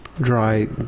dry